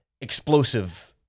explosive